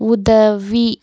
உதவி